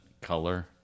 color